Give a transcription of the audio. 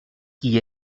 qui